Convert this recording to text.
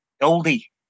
Goldie